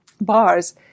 bars